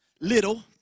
little